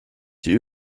die